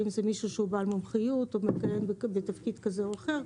האם זה מישהו שהוא בעל מומחיות או מכהן בתפקיד כזה או אחר.